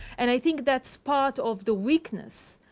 and i think that's part of the weakness,